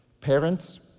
Parents